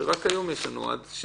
מי זכאי לבקש את המידע?